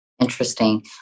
Interesting